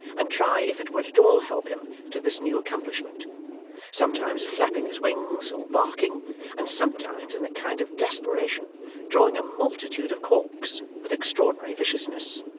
and try if it would at all help him to this new accomplishment sometimes flapping his wings, or barking and sometimes in a kind of desperation drawing a multitude of corks, with extraordinary viciousness.